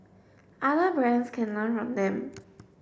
other brands can learn from them